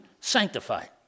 sanctified